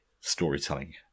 storytelling